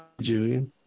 Julian